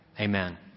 Amen